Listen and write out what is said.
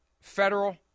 federal